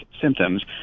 symptoms